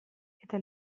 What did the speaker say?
eta